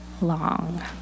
long